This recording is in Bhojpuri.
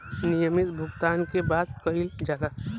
नियमित भुगतान के बात कइल जाला